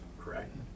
correct